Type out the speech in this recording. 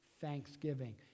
thanksgiving